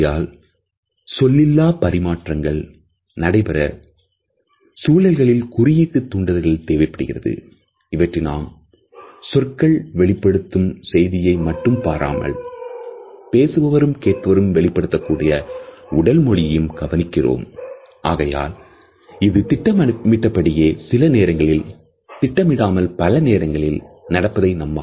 ஏனெனில் நாம் சொற்கள் கொடுக்கும் அர்த்தங்களை கவனிப்பதுடன் உடல் மொழி கொடுக்கும் அர்த்தத்தையும் கவனிக்கிறோம்